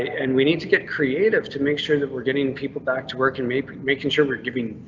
and we need to get creative to make sure that we're getting people back to work and maybe making sure we're giving.